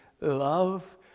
love